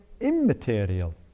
immaterial